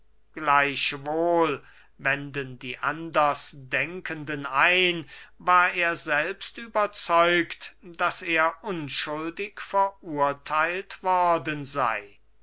gleichwohl wenden die anders denkenden ein war er selbst überzeugt daß er unschuldig verurtheilt worden sey